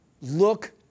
Look